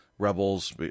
Rebels